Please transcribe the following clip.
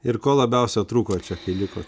ir ko labiausia trūko čia kai likot